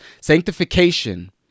Sanctification